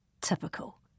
Typical